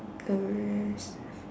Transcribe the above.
the rest